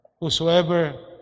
whosoever